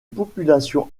population